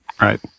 Right